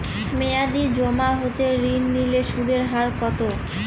মেয়াদী জমা হতে ঋণ নিলে সুদের হার কত?